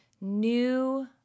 new